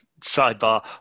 Sidebar